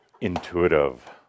intuitive